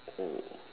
oh